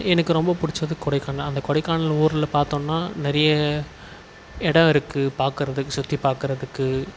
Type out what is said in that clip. எனக்கு ரொம்ப பிடிச்சது கொடைக்கானல் அந்த கொடைக்கானல் ஊரில் பார்த்தோன்னா நிறைய இடம் இருக்குது பார்க்குறதுக்கு சுற்றிப் பார்க்குறதுக்கு